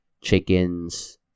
chickens